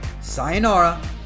Sayonara